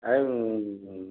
ଆଉ